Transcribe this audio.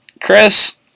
Chris